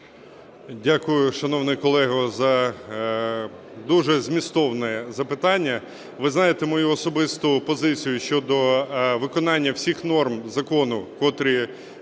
Дякую, шановний колего, за дуже змістовне запитання. Ви знаєте мою особисту позицію щодо виконання всіх норм закону, котрі